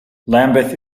lambeth